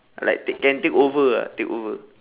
like take can take over ah take over